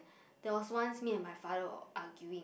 that was once me and my father were arguing